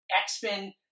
X-Men